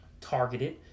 Targeted